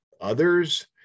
others